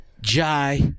Jai